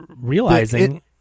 realizing